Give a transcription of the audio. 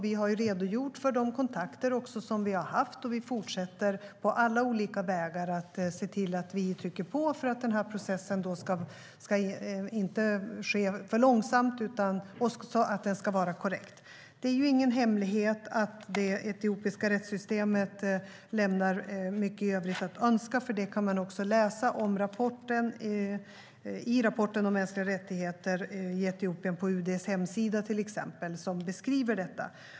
Vi har redogjort för de kontakter som vi har haft, och vi fortsätter på alla olika vägar att trycka på för att processen inte ska ske för långsamt och att den också ska vara korrekt. Det är ingen hemlighet att det etiopiska rättssystemet lämnar mycket i övrigt att önska. Det beskrivs till exempel i rapporten om mänskliga rättigheter i Etiopien på UD:s hemsida.